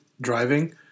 driving